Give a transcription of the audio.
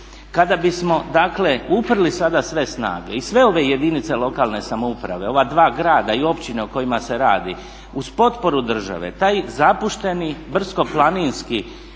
Kada bismo dakle uprli sada sve snage i sve ove jedinice lokalne samouprave, ova dva grada i općine o kojima se radi uz potporu države taj zapušteni brdsko-planinski,